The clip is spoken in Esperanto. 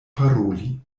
paroli